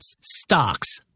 Stocks